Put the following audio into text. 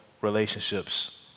relationships